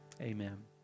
Amen